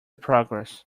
progress